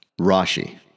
Rashi